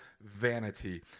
vanity